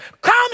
comes